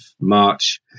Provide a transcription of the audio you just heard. March